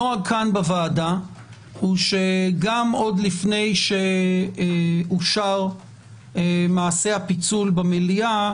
הנוהג בוועדה הוא שגם לפני שאושר מעשה הפיצול במליאה,